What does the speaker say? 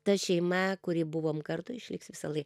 ta šeima kuri buvom kartu išliks visąlaik